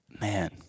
Man